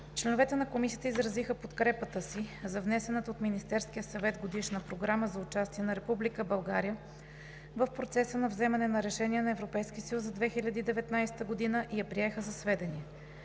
Членовете на Комисията изразиха подкрепата си за внесената от Министерския съвет Годишна програма за участие на Република България в процеса на взeмане на решения на Европейския съюз за 2019 г. и я приеха за сведение.